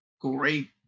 great